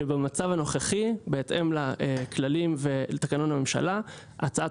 שבמצב הנוכחי בהתאם לכללים ולתקנון הממשלה הצעת